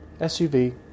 SUV